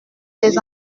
des